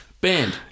band